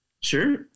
Sure